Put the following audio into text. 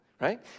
right